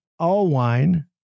Allwine